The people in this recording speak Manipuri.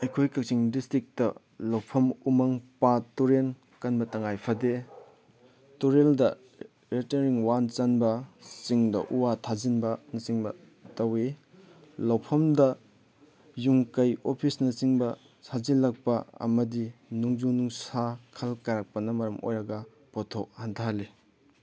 ꯑꯩꯈꯣꯏ ꯀꯥꯛꯆꯤꯡ ꯗꯤꯁꯇ꯭ꯔꯤꯛꯇ ꯂꯧꯐꯝ ꯎꯃꯪ ꯄꯥꯠ ꯇꯨꯔꯦꯟ ꯀꯟꯕ ꯇꯉꯥꯏ ꯐꯗꯦ ꯇꯨꯔꯦꯜꯗ ꯔꯦꯇꯔꯅꯤꯡ ꯋꯥꯜ ꯆꯟꯕ ꯆꯤꯡꯗ ꯎ ꯋꯥ ꯊꯥꯖꯤꯟꯕ ꯅꯆꯤꯡꯕ ꯇꯧꯋꯤ ꯂꯧꯐꯝꯗ ꯌꯨꯝ ꯀꯩ ꯑꯣꯐꯤꯁꯅ ꯆꯤꯡꯕ ꯁꯥꯖꯜꯂꯛꯄ ꯑꯃꯗꯤ ꯅꯣꯡꯖꯨ ꯅꯨꯡꯁꯥ ꯈꯜ ꯀꯥꯏꯔꯛꯄꯅ ꯃꯔꯝ ꯑꯣꯏꯔꯒ ꯄꯣꯊꯣꯛ ꯍꯟꯊꯍꯜꯂꯤ